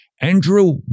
Andrew